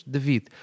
David